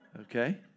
okay